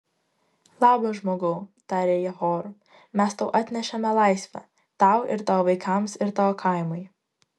labas žmogau tarė jie choru mes tau atnešėme laisvę tau ir tavo vaikams ir tavo kaimui